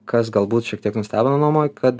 kas galbūt šiek tiek nustebino nomoj kad